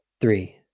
three